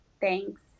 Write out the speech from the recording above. Thanks